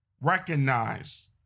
recognize